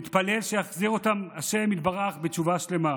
נתפלל שיחזיר אותם ה' יתברך בתשובה שלמה.